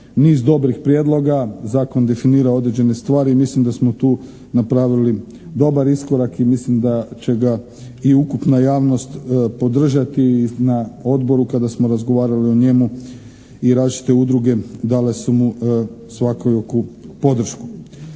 niz dobrih prijedloga. Zakon definira određene stvari i mislim da smo tu napravili dobar iskorak i mislim da će ga i ukupna javnost podržati. Na Odboru kada smo razgovarali o njemu i različite udruge dale su mu svakojaku podršku.